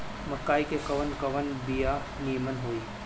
मकई के कवन कवन बिया नीमन होई?